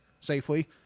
safely